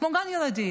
כמו גן ילדים: